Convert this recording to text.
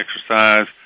exercise